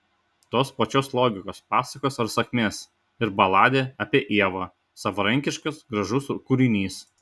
tos pačios logikos pasakos ar sakmės ir baladė apie ievą savarankiškas gražus kūrinys